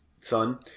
son